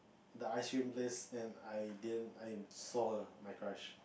the ice cream place and I didn't I saw her my crush